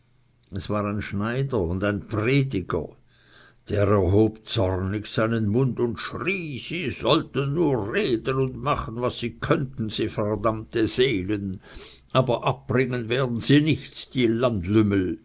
es war ein schneider und ein prediger der erhob zornig seinen mund und schrie sie sollten nur reden und machen was sie könnten sie verdammte seelen aber abbringen werden sie nichts